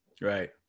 Right